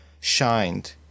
shined